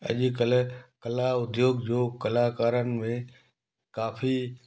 अॼुकल्ह कला उद्योग जो कलाकारनि में काफ़ी